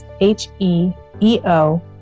H-E-E-O